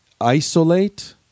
isolate